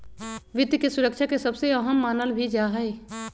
वित्त के सुरक्षा के सबसे अहम मानल भी जा हई